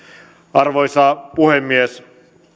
arvoisa puhemies